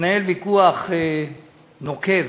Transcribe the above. מתנהל ויכוח נוקב,